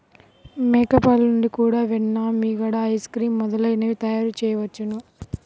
మేక పాలు నుండి కూడా వెన్న, మీగడ, ఐస్ క్రీమ్ మొదలైనవి తయారుచేయవచ్చును